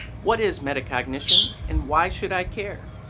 what is metacognition, and why should i care?